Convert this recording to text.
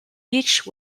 each